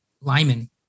Lyman